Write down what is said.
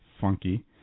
funky